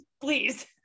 please